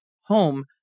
home